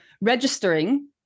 registering